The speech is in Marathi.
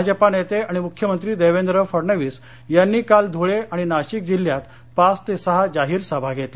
भाजपा नेते आणि मुख्यमंत्री देवेंद्र फडणवीस यांनी काल धुळे आणि नाशिक जिल्ह्यात पाच ते सहा जाहीर सभा घेतल्या